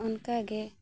ᱚᱱᱠᱟ ᱜᱮ